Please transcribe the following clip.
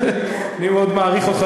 אני מאוד מעריך אותך,